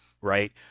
right